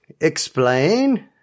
Explain